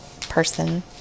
person